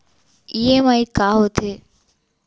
EMI का होथे?